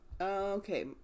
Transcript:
Okay